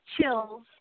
chills